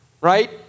right